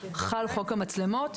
חל חוק המצלמות.